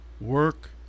work